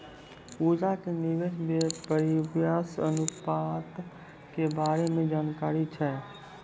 पूजा के निवेश परिव्यास अनुपात के बारे मे जानकारी छै